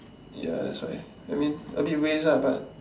ya that's why I mean a bit waste ah but